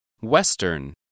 Western